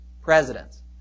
presidents